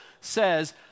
says